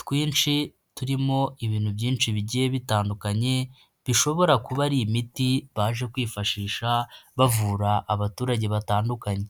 twinshi turimo ibintu byinshi bigiye bitandukanye, bishobora kuba ari imiti baje kwifashisha bavura abaturage batandukanye.